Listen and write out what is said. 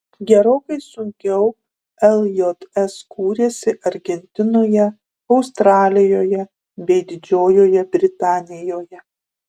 gerokai sunkiau ljs kūrėsi argentinoje australijoje bei didžiojoje britanijoje